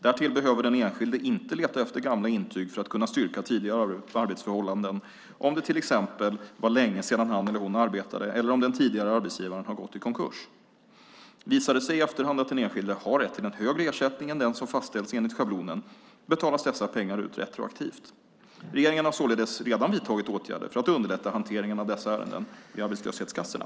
Därtill behöver den enskilde inte leta efter gamla intyg för att kunna styrka tidigare arbetsförhållanden om det till exempel var länge sedan han eller hon arbetade eller om den tidigare arbetsgivaren har gått i konkurs. Visar det sig i efterhand att den enskilde har rätt till en högre ersättning än den som fastställts enligt schablonen betalas dessa pengar ut retroaktivt. Regeringen har således redan vidtagit åtgärder för att underlätta hanteringen av dessa ärenden vid arbetslöshetskassorna.